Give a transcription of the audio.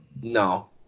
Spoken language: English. No